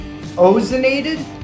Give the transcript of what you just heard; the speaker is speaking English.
ozonated